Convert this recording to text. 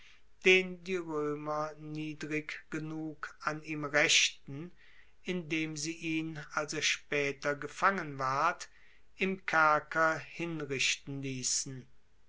den die roemer niedrig genug an ihm raechten indem sie ihn als er spaeter gefangen ward im kerker hinrichten liessen